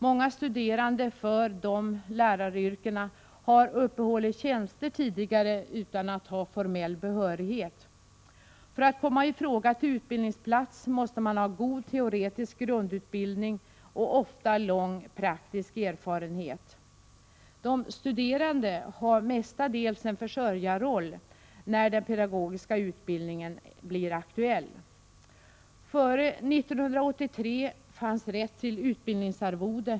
Många studerande för dessa läraryrken har tidigare uppehållit tjänster utan att ha formell behörighet. För att komma i fråga till utbildningsplats måste man ha god teoretisk grundutbildning och ofta lång praktisk erfarenhet. De studerande har mestadels en försörjarroll när denna pedagogiska utbildning blir aktuell. Före 1983 fanns rätt till utbildningsarvode.